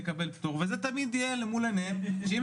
נקבל פטור וזה תמיד יהיה למול עיניהם שאם